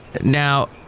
Now